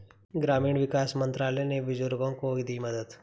ग्रामीण विकास मंत्रालय ने बुजुर्गों को दी मदद